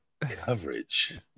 Coverage